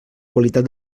qualitat